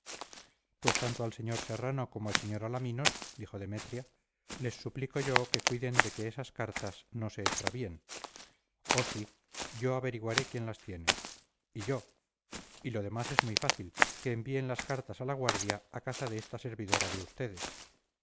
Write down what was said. pues tanto al sr serrano como al sr alaminos dijo demetria les suplico yo que cuiden de que esas cartas no se extravíen oh sí yo averiguaré quién las tiene y yo y lo demás es muy fácil que envíen las cartas a la guardia a casa de esta servidora de ustedes